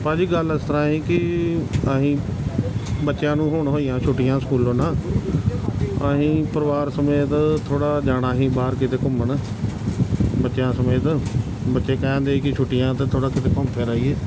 ਭਾਅ ਜੀ ਗੱਲ ਇਸ ਤਰ੍ਹਾਂ ਸੀ ਕਿ ਅਸੀਂ ਬੱਚਿਆਂ ਨੂੰ ਹੁਣ ਹੋਈਆਂ ਛੁੱਟੀਆਂ ਸਕੂਲੋਂ ਨਾ ਅਸੀਂ ਪਰਿਵਾਰ ਸਮੇਤ ਥੋੜ੍ਹਾ ਜਾਣਾ ਸੀ ਬਾਹਰ ਕਿਤੇ ਘੁੰਮਣ ਬੱਚਿਆਂ ਸਮੇਤ ਬੱਚੇ ਕਹਿ ਦਿੰਦੇ ਕਿ ਛੁੱਟੀਆਂ 'ਤੇ ਥੋੜ੍ਹਾ ਕਿਤੇ ਘੁੰਮ ਫਿਰ ਆਈਏ